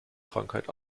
krankheit